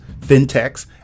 fintechs